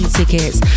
tickets